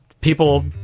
people